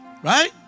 Right